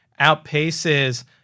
outpaces